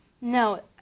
no